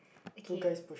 okay